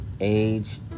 age